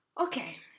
okay